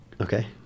Okay